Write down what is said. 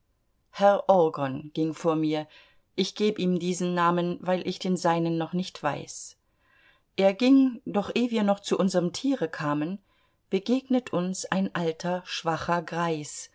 herr orgon ging vor mir ich geb ihm diesen namen weil ich den seinen noch nicht weiß er ging doch eh wir noch zu unserm tiere kamen begegnet uns ein alter schwacher greis